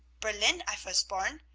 berlin i vas born.